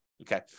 Okay